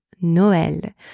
Noël